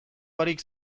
barik